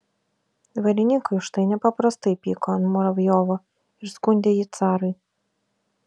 dvarininkai už tai nepaprastai pyko ant muravjovo ir skundė jį carui